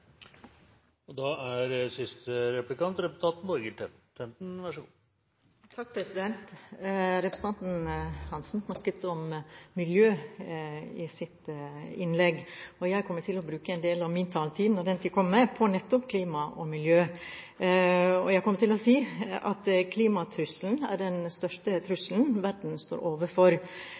øke? Da peker vi på at det kan nøye seg med en fordobling istedenfor en tredobling. Det er vårt syn på spørsmålet om hvordan vi skal finansiere velferdsstaten. Representanten Hansen snakket om miljø i sitt innlegg. Jeg kommer til å bruke en del av min taletid, når den tid kommer, på nettopp klima og miljø. Jeg kommer til å si at klimatrusselen er den største trusselen verden